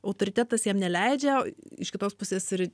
autoritetas jam neleidžia iš kitos pusės ir